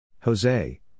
Jose